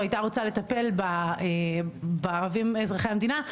הייתה רוצה לטפל בערבים אזרחי המדינה,